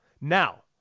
Now